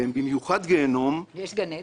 הם במיוחד גיהינום --- יש גן עדן?